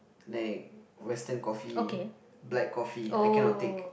like western coffee black coffee I cannot take